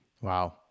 Wow